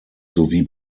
sowie